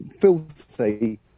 filthy